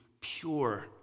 pure